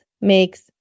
makes